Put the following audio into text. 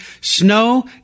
snow